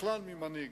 בכלל ממנהיג,